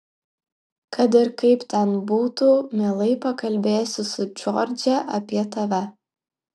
kad ir kaip ten būtų mielai pakalbėsiu su džordže apie tave